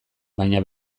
baina